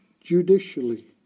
judicially